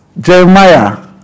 Jeremiah